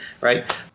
right